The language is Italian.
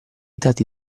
dati